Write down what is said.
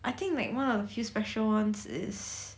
I think like one of few special ones is